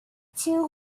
two